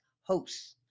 hosts